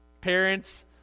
parents